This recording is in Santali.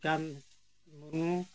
ᱪᱟᱸᱫ ᱢᱩᱨᱢᱩ